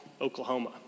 Oklahoma